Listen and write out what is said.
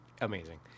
amazing